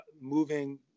moving